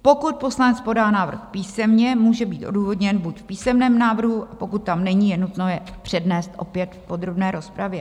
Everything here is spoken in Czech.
Pokud poslanec podá návrh písemně, může být odůvodněn buď v písemném návrhu, pokud tam není, je nutno je přednést opět v podrobné rozpravě.